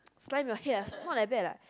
slime your head ah not that bad lah